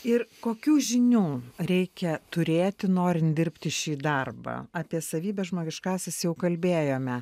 ir kokių žinių reikia turėti norin dirbti šį darbą apie savybes žmogiškąsias jau kalbėjome